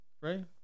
Right